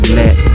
let